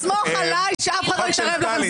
סמוך עליי שאף אחד לא יתערב לכם,